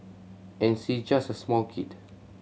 and she just a small kid